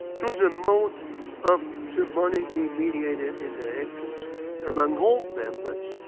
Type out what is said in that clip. to the most of symbolically mediated interactions among all members.